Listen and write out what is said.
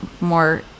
more